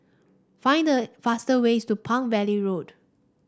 find the faster ways to Palm Valley Road